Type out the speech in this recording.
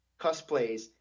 cosplays